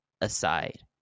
aside